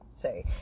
say